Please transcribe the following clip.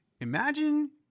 Imagine